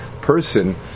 person